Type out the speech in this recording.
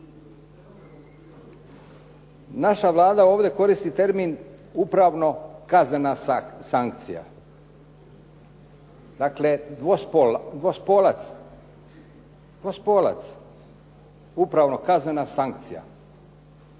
Naša Vlada ovdje koristi termin upravno kaznena sankcija. Dakle, dvospolac, dvospolac, upravno kaznena sankcija.